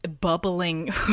bubbling